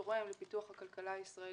תורם לפיתוח הכלכלה הישראלית.